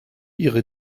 ihre